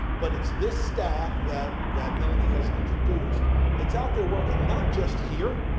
but it's this staff that that melanie has introduced that's out there working not just here,